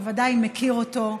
ודאי מכיר אותו,